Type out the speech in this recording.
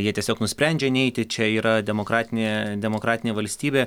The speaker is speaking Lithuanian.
jie tiesiog nusprendžia neiti čia yra demokratinė demokratinė valstybė